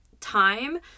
time